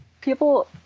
people